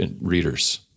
readers